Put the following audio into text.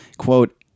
quote